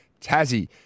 Tassie